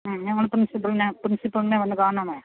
ഉം ഞങ്ങൾ പ്രിൻസിപ്പളിനെ പ്രിൻസിപ്പളിനെ വന്ന് കാണണോ